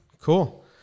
Cool